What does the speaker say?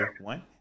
one